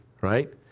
right